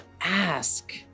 ask